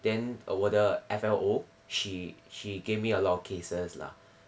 then 我的 F_L_O she she gave me a lot of cases lah